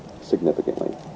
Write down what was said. significantly